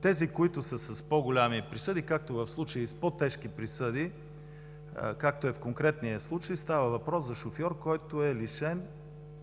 Тези, които са с по-големи присъди, както в случая и с по-тежки присъди, както е в конкретния случай – става въпрос за шофьор, който е лишен